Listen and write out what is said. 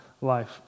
life